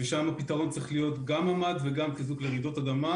ושם הפתרון צריך להיות גם ממ"ד וגם חיזוק מפני רעידות אדמה.